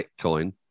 Bitcoin